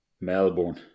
Melbourne